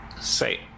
Say